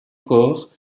corps